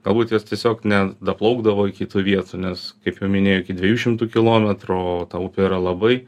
galbūt jos tiesiog nedaplaukdavo iki tų vietų nes kaip jau minėjau iki dviejų šimtų kilometrų o ta upė yra labai